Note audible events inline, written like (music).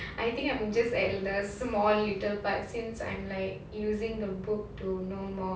I think I'm just at the small little part since I'm like using the book to know more about harry potter (breath)